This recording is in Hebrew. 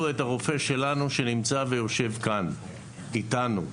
את הרופא שלנו שנמצא ויושב כאן אתנו.